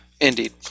Indeed